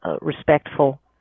respectful